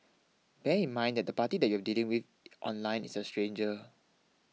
bear in mind that the party that you are dealing with online is a stranger